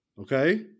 okay